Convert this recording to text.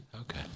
Okay